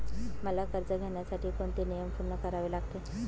मला कर्ज घेण्यासाठी कोणते नियम पूर्ण करावे लागतील?